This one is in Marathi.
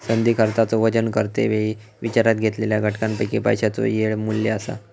संधी खर्चाचो वजन करते वेळी विचारात घेतलेल्या घटकांपैकी पैशाचो येळ मू्ल्य असा